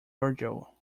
virgil